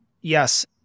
Yes